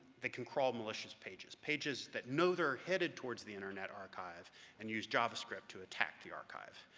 they can crawl malicious pages, pages that know they're headed towards the internet archive and use javascript to attack the archive.